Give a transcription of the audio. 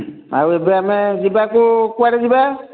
ଆଉ ଏବେ ଆମେ ଯିବା କୁ କୁଆଡ଼େ ଯିବା